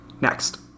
Next